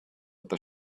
but